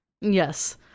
yes